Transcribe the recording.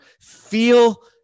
Feel